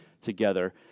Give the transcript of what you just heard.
together